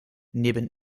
neben